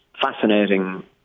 fascinating